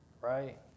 right